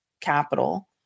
capital